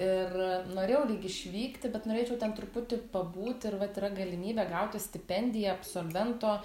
ir norėjau lyg išvykti bet norėčiau ten truputį pabūt ir vat yra galimybė gauti stipendiją absolvento